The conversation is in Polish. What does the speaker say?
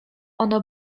ono